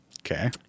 Okay